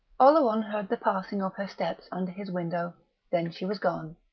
oleron heard the passing of her steps under his window then she was gone.